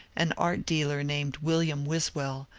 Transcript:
an art dealer named william wiswell,